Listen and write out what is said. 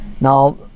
Now